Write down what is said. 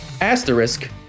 Asterisk